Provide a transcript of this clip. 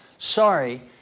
Sorry